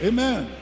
Amen